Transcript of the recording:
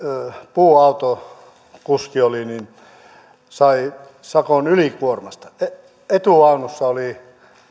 puuautokuski sai sakon ylikuormasta etuvaunussa oli